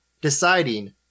deciding